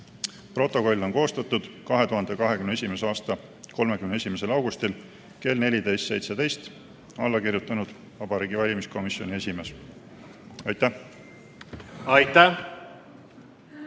Protokoll on koostatud 2021. aasta 31. augustil kell 14.17, alla on kirjutanud Vabariigi Valimiskomisjoni esimees. Aitäh!